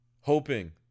hoping